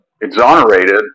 exonerated